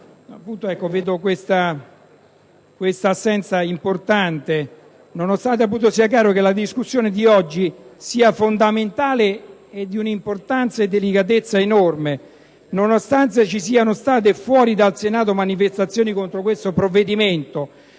rilevo questa assenza importante, nonostante sia chiaro che la discussione di oggi sia di fondamentale importanza e di enorme delicatezza; nonostante ci siano state fuori dal Senato manifestazioni contro questo provvedimento;